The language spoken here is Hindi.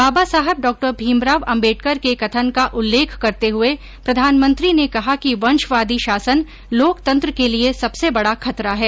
बाबा साहब डॉ भीमराव आंबेडकर के कथन का उल्लेख करते हुए प्रधानमंत्री ने कहा कि वंशवादी शासन लोकतंत्र के लिए सबसे बड़ा खतरा है